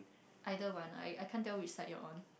either one lah I I can't tell which side your one